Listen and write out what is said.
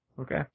Okay